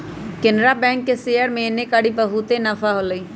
Canara bank के share में एन्नेकारी बहुते नफा होलई